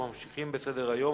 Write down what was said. אנחנו ממשיכים בסדר-היום.